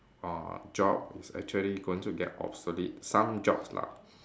uh job is actually going to get obsolete some jobs lah